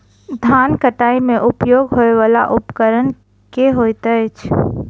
धान कटाई मे उपयोग होयवला उपकरण केँ होइत अछि?